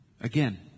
Again